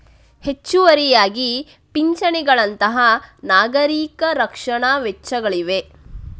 ಹೆಚ್ಚುವರಿಯಾಗಿ ಪಿಂಚಣಿಗಳಂತಹ ನಾಗರಿಕ ರಕ್ಷಣಾ ವೆಚ್ಚಗಳಿವೆ